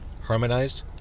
harmonized